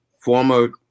Former